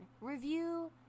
Review